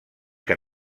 que